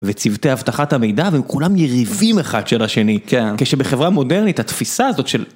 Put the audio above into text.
וצוותי אבטחת המידע והם כולם יריבים אחד של השני, כן. כשבחברה מודרנית התפיסה הזאת של...